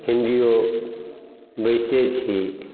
हिन्दीओ बजिते छी